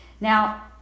Now